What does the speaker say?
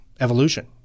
evolution